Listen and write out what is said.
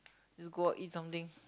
just go out eat something